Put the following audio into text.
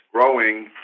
growing